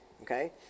Okay